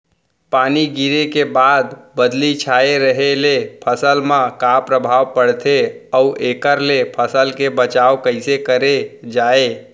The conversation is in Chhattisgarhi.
पानी गिरे के बाद बदली छाये रहे ले फसल मा का प्रभाव पड़थे अऊ एखर ले फसल के बचाव कइसे करे जाये?